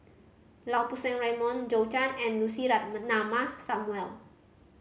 Lau Poo Seng Raymond Zhou Can and Lucy Samuel